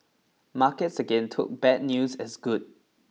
markets again took bad news as good